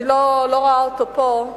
אני לא רואה אותו פה.